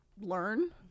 learn